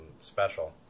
special